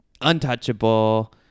untouchable